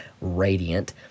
radiant